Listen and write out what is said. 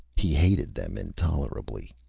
he hated them intolerably.